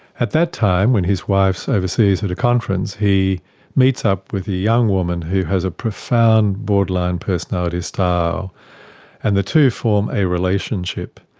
at that time, when his wife is so overseas at a conference, he meets up with a young woman who has a profound borderline personality style and the two form a relationship,